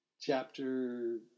chapter